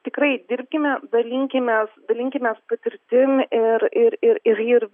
tikrai dirbkime dalinkimės dalinkimės patirtim ir ir ir ir ir